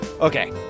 Okay